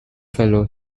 fellow